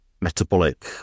metabolic